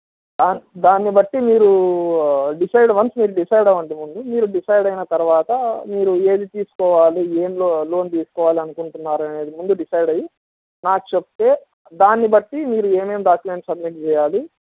దాన్ దాన్ని బట్టి మీరు డిసైడ్ వన్స్ మీరు డిసైడ్ అవ్వండి ముందు మీరు డిసైడ్ అయిన తర్వాత మీరు ఏది తీసుకోవాలి ఏం లోన్ తీసుకోవాలనుకుంటున్నారనేది ముందు డిసైడ్ అయ్యి నాకు చెప్తే దాన్ని బట్టి మీరు ఏమేం డాక్యుమెంట్స్ సబ్మిట్ చెయ్యాలి